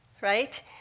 Right